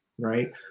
Right